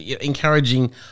encouraging